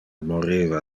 moriva